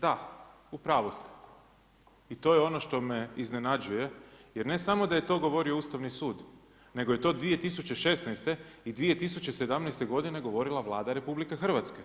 Da, upravu ste i to je ono što me iznenađuje jer ne samo da je to govorio Ustavni sud nego je to 2016. i 2017. godine govorila Vlada RH.